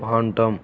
quantum